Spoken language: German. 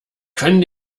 können